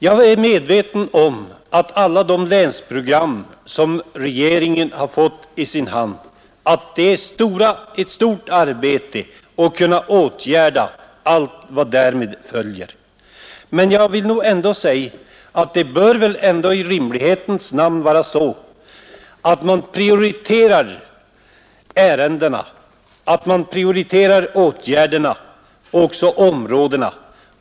Jag är medveten om att det är ett stort arbete att åtgärda allt som följer med de länsprogram som regeringen fått, men man bör väl ändå i rimlighetens namn prioritera ärendena och åtgärderna, och också områdena.